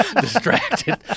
distracted